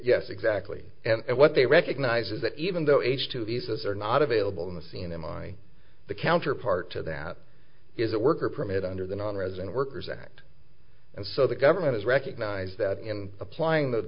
yes exactly and what they recognize is that even though h two visas are not available in the c n n my the counterpart to that is a worker permit under the nonresident workers act and so the government is recognise that in applying the